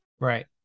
Right